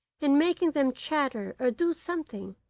and making them chatter or do something,